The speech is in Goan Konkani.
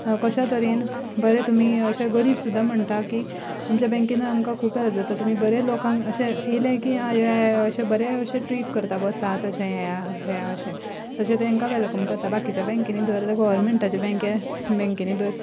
कशा तरेन बरे तुमी अशे गरीब सुद्दां म्हणटा की तुमच्या बँकेन आमकां खूब हेल्प जाता तुमी बरे लोकांक अशे येयले की आ येया येया अशे बरे अशे ट्रीट करता बसात अशे येया येया अशें तशें तांकां वेलकम करता बाकीच्या बँकेनी धर गोवोरमेंटाच्यो बँके बँकेंनी जर